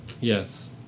Yes